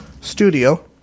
studio